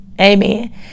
Amen